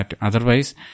Otherwise